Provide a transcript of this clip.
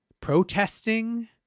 protesting